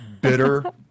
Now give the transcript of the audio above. bitter